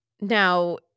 Now